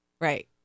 Right